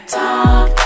talk